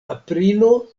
aprilo